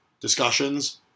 discussions